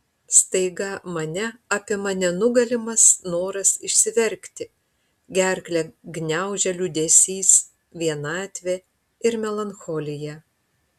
staiga mane apima nenugalimas noras išsiverkti gerklę gniaužia liūdesys vienatvė ir melancholija